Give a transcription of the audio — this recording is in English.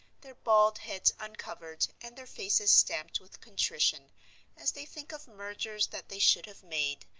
their bald heads uncovered and their faces stamped with contrition as they think of mergers that they should have made,